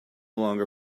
longer